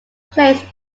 placed